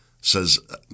says